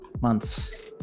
months